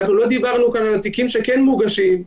אנחנו לא דיברנו כאן על תיקים שכן מוגשים,